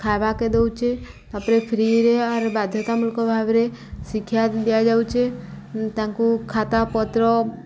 ଖାଏବାକେ ଦଉଚେ ତା'ପରେ ଫ୍ରିରେ ଆର୍ ବାଧ୍ୟତାମୂଳକ ଭାବରେ ଶିକ୍ଷା ଦିଆଯାଉଚେ ତାଙ୍କୁ ଖାତାପତ୍ର